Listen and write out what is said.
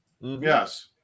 Yes